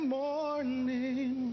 morning